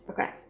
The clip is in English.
Okay